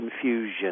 confusion